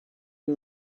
you